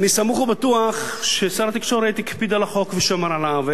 ואני סמוך ובטוח ששר התקשורת הקפיד על החוק ושמר עליו,